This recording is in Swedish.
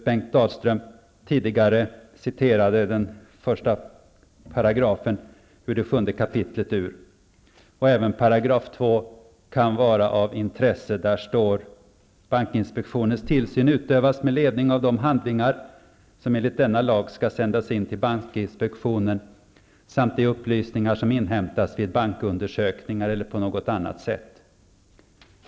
Bengt Dalström citerade den första paragrafen i det sjunde kapitlet. Även 2 § kan vara av intresse. Där står att bankinspektionens tillsyn utövas med ledning av de handlingar som enligt denna lag skall sändas in till bankinspektionen samt de upplysningar som inhämtas vid bankundersökningar eller på något annat sätt.